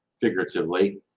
figuratively